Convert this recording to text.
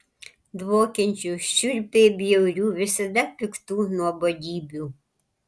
dvokiančių šiurpiai bjaurių visada piktų nuobodybių